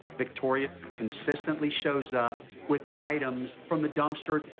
victoria consistently shows up with items from the dumpster.